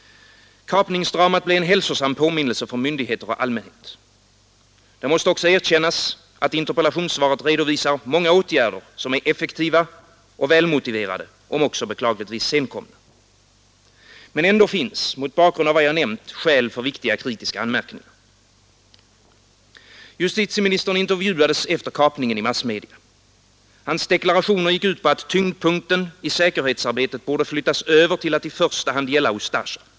Kapningsdramat blev en hälsosam påminnelse för myndigheter och allmänhet. Det måste också erkännas att interpellationssvaret redovisar många åtgärder som är effektiva och välmotiverade, om också beklagligtvis senkomna. Men ändå finns, mot bakgrund av vad jag här nämnt, skäl för viktiga kritiska anmärkningar. Justitieministern intervjuades efter kapningen i massmedia. Hans deklarationer gick ut på att tyngdpunkten i säkerhetsarbetet borde flyttas över till att i första hand gälla Ustasja.